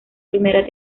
primera